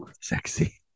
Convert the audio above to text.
sexy